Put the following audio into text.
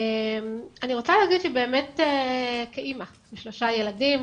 אני אימא לשלושה ילדים,